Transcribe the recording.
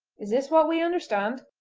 is this what we understand